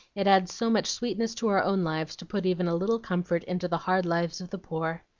it adds so much sweetness to our own lives to put even a little comfort into the hard lives of the poor.